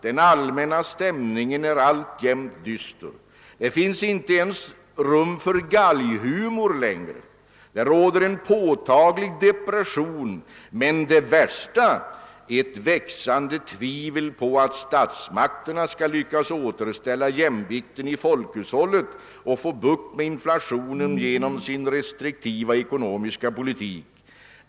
Den allmänna stämningen är alltjämt dyster. Det finns inte rum ens för galghumor längre. Det råder en påtaglig depression, men det värsta: ett växande tvivel på att statsmakterna skall lyckas återställa jämvikten i folkhushållet och få bukt med inflationen genom sin restriktiva ekonomiska politik.